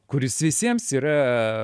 kuris visiems yra